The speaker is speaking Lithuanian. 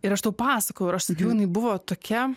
ir aš tau pasakojau ir aš sakiau jinai buvo tokia